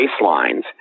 baselines